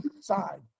side